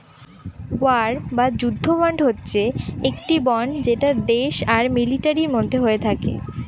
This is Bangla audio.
ওয়ার বা যুদ্ধ বন্ড হচ্ছে একটি বন্ড যেটা দেশ আর মিলিটারির মধ্যে হয়ে থাকে